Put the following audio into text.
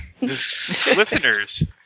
Listeners